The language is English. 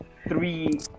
three